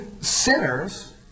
sinners